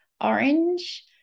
Orange